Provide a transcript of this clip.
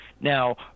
Now